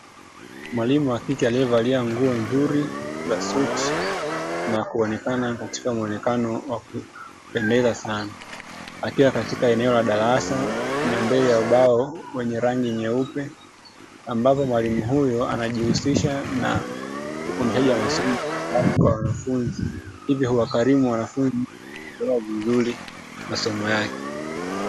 Mwalimu wa kike aliyevalia nguo nzuri za suti na kuonekana katika muonekano wa kupendeza sana. Akiwa katika eneo la darasa na mbele ya ubao wenye rangi nyeupe, ambapo mwalimu huyo anajihusisha na ufundishaji wa masomo kwa wanafunzi. Hivyo huwakarimu wanafunzi kuelewa vizuri masomo yake.